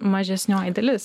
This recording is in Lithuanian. mažesnioji dalis